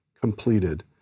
completed